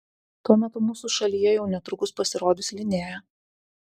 tuo metu mūsų šalyje jau netrukus pasirodys linea